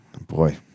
boy